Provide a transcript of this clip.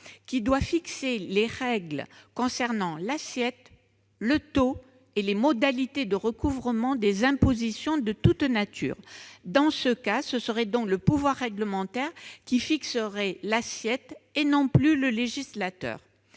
qui doit « fixer les règles concernant l'assiette, le taux et les modalités de recouvrement des impositions de toutes natures ». Si cet amendement était adopté, ce serait le pouvoir réglementaire qui fixerait l'assiette et non plus le législateur.